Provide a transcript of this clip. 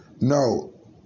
No